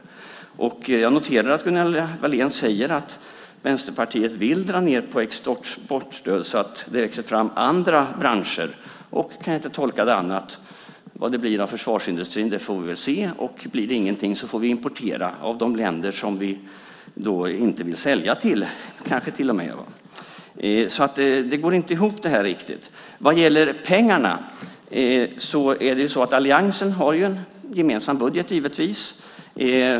Jag noterar att Gunilla Wahlén säger att Vänsterpartiet vill dra ned på exportstödet så att det växer fram andra branscher. Jag kan inte tolka det på annat sätt än att man tänker: Vad det blir av försvarsindustrin får vi väl se, och blir det ingenting får vi kanske till och med importera av de länder som vi inte vill sälja till. Det här går inte riktigt ihop. Vad gäller pengarna har alliansen givetvis en gemensam budget.